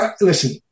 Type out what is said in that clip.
listen –